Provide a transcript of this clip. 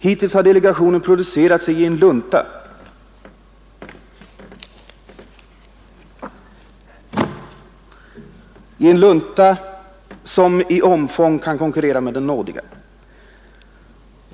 Hittills har delegationen producerat sig i en lunta som i omfång kan konkurrera med den nådiga.